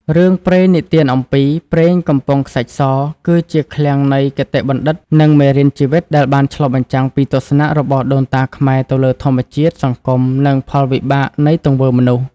រឿងព្រេងនិទានអំពី "ព្រេងកំពង់ខ្សាច់ស" គឺជាឃ្លាំងនៃគតិបណ្ឌិត និងមេរៀនជីវិត ដែលបានឆ្លុះបញ្ចាំងពីទស្សនៈរបស់ដូនតាខ្មែរទៅលើធម្មជាតិ សង្គម និងផលវិបាកនៃទង្វើមនុស្ស។